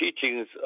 teachings